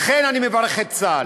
לכן, אני מברך את צה"ל.